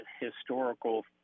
historical